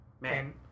man